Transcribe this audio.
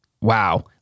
wow